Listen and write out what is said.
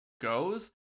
Goes